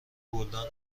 گلدان